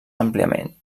àmpliament